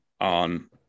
on